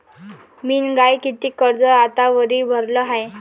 मिन माय कितीक कर्ज आतावरी भरलं हाय?